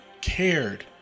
cared